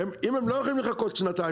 אם הם לא יכולים לחכות שנתיים,